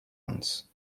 ones